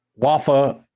Wafa